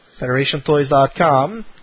FederationToys.com